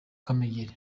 kamegeri